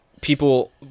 people